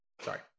Sorry